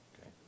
Okay